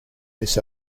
this